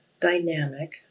dynamic